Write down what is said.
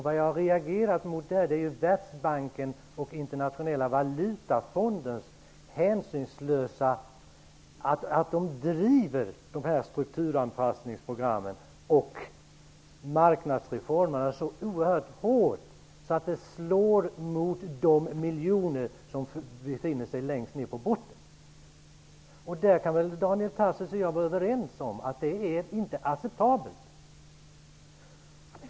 Vad jag har reagerat mot är att Världsbanken och Internationella valutafonden driver strukturanpassningsprogrammen och marknadsreformerna så hårt att det slår mot de miljoner som befinner sig längst ner på botten. Daniel Tarschys och jag kan väl vara överens om att detta inte är acceptabelt.